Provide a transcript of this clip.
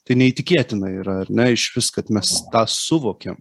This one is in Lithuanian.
tai neįtikėtina yra ar ne išvis kad mes tą suvokėm